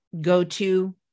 go-to